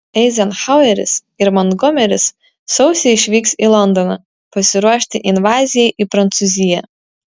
eizenhaueris ir montgomeris sausį išvyks į londoną pasiruošti invazijai į prancūziją